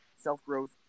self-growth